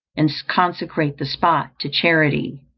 and consecrate the spot to charity.